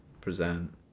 present